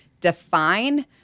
define